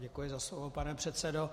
Ano, děkuji za slovo, pane předsedo.